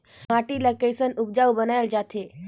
माटी ला कैसन उपजाऊ बनाय जाथे?